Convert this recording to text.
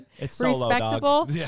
respectable